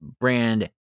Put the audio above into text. brand